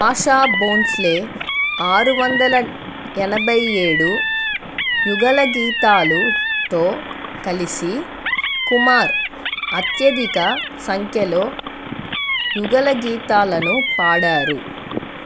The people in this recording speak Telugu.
ఆశా భోంస్లే ఆరు వందల ఎనభై ఏడు యుగళగీతాలుతో కలిసి కుమార్ అత్యధిక సంఖ్యలో యుగళగీతాలను పాడారు